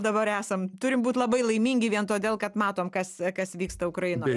dabar esam turim būt labai laimingi vien todėl kad matom kas kas vyksta ukrainoje